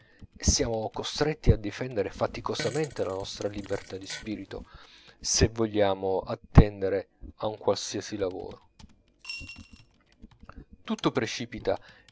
e siamo costretti a difendere faticosamente la nostra libertà di spirito se vogliamo attendere a un qualsiasi lavoro tutto precipita